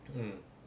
mm